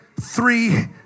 three